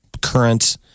current